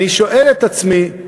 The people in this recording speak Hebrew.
אני שואל את עצמי,